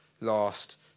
last